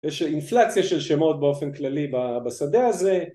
יש אינפלציה של שמות באופן כללי ב, בשדה הזה